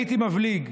הייתי מבליג.